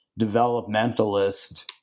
developmentalist